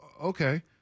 Okay